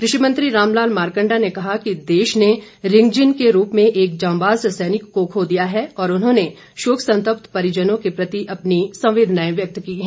कृषि मंत्री रामलाल मारकंडा ने कहा कि देश ने रिगजिन के रूप में एक जांबाज सैनिक को खो दिया है और उन्होंने शोक संतप्त परिजनों के प्रति अपनी संवेदनाएं प्रकट की हैं